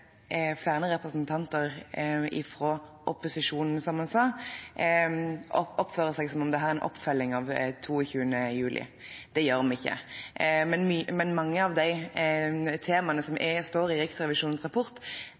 flere representanter fra opposisjonen – som han sa – oppfører seg som om dette er en oppfølging av 22. juli. Det gjør vi ikke, men mange av temaene i Riksrevisjonens rapport